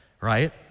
right